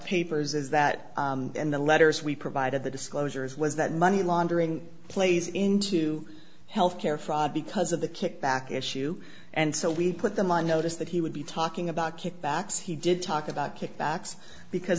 papers is that in the letters we provided the disclosures was that money laundering plays into health care fraud because of the kickback issue and so we put them on notice that he would be talking about kickbacks he did talk about kickbacks because